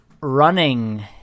running